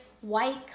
white